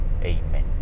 Amen